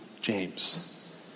James